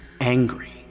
angry